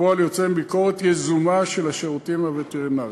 כפועל יוצא מביקורת יזומה של השירותים הווטרינריים.